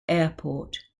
airport